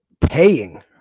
paying